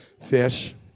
fish